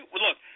look